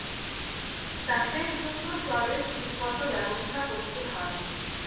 চাষের জন্য জলের ঠিক মত ব্যবস্থা করতে হয়